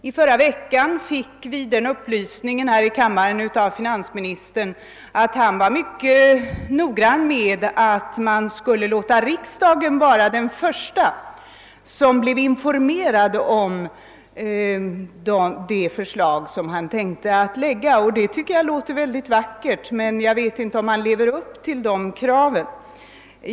I förra veckan fick vi här i kammaren den upplysningen av finansministern att han var mycket noga med att riksdagen informerades först om det förslag han tänkte framlägga. Det låter mycket vackert, men jag är inte säker på att finansministern lever upp till den föresatsen.